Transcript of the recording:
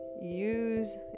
use